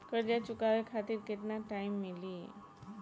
कर्जा चुकावे खातिर केतना टाइम मिली?